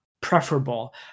preferable